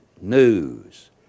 news